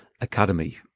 Academy